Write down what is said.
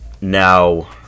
Now